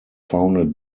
founded